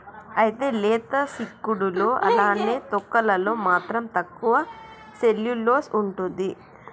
అయితే లేత సిక్కుడులో అలానే తొక్కలలో మాత్రం తక్కువ సెల్యులోస్ ఉంటుంది